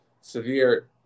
severe